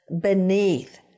beneath